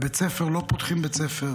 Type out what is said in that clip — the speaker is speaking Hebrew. לא פותחים בית ספר